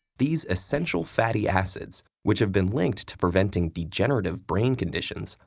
these essential fatty acids, which have been linked to preventing degenerative brain conditions,